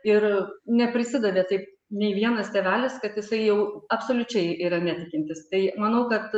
ir neprisidavė taip nei vienas tėvelis kad jisai jau absoliučiai yra netikintis tai manau kad